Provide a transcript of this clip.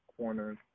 corners